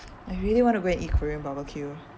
I really want to go and eat korean barbecue